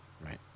right